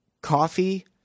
coffee